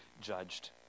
judged